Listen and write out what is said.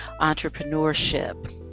entrepreneurship